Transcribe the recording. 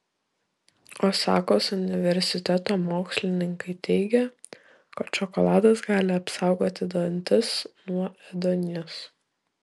osakos universiteto mokslininkai teigia kad šokoladas gali apsaugoti dantis nuo ėduonies